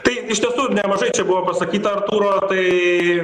tai iš tiesų nemažai čia buvo pasakyta artūro tai